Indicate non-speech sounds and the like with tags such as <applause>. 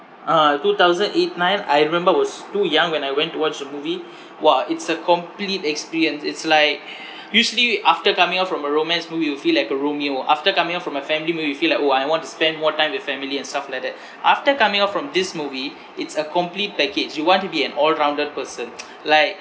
ah two thousand eight nine I remember I was too young when I went to watch the movie !wah! it's a complete experience it's like usually after coming out from a romance movie you feel like a romeo after coming out from a family movie you feel like orh I want to spend more time with family and stuff like that after coming out from this movie it's a complete package you want to be an all rounded person <noise> like